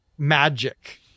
magic